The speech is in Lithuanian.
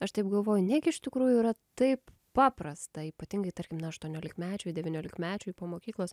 aš taip galvoju negi iš tikrųjų yra taip paprasta ypatingai tarkim na aštuoniolikmečiui devyniolikmečiui po mokyklos